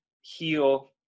heal